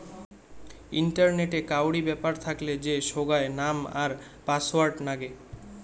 ইন্টারনেটে কাউরি ব্যাপার থাকলে যে সোগায় নাম আর পাসওয়ার্ড নাগে